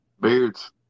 beards